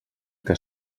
que